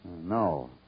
No